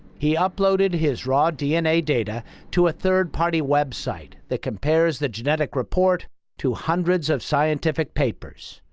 he uploaded his raw dna data to a third-party web site that compares the genetic report to hundreds of scientific papers.